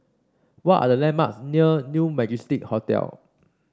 what are the landmarks near New Majestic Hotel